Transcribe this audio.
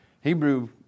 Hebrew